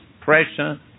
pressure